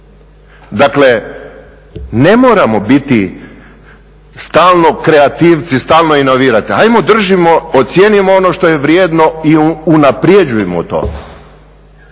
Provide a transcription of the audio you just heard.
Dakle, ne moramo biti stalno kreativci, stalno inovirati, ajmo držimo, ocijenimo ono što je vrijedno i unapređujmo to.